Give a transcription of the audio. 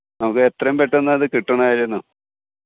നമുക്ക് എത്രയും പെട്ടന്നത് കിട്ടണമായിരുന്നു